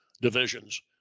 divisions